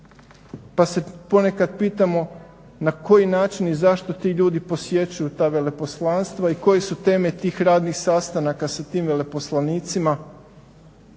pa se ponekad pitamo na koji način i zašto ti ljudi posjećuju ta veleposlanstva i koje su teme tih radnih sastanaka sa tim veleposlanicima